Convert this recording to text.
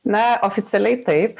na oficialiai taip